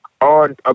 On